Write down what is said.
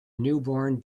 newborn